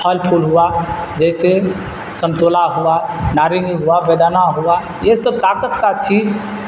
پھل پھول ہوا جیسے سنتولا ہوا نارنگی ہوا بیدانا ہوا یہ سب طاقت کا چیز